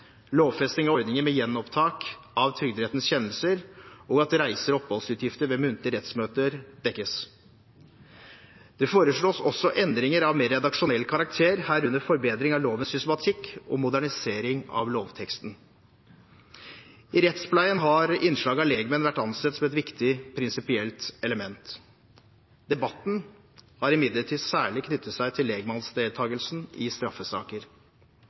lovfesting av ordninger med gjenopptak av Trygderettens kjennelser, og at reise- og oppholdsutgifter ved muntlige rettsmøter dekkes. Det foreslås også endringer av mer redaksjonell karakter, herunder forbedring av lovens systematikk og modernisering av lovteksten. I rettspleien har innslaget av legmenn vært ansett som et viktig prinsipielt element. Debatten har imidlertid særlig knyttet seg til legmannsdeltakelsen i straffesaker.